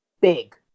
big